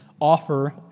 offer